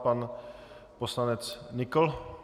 Pan poslanec Nykl.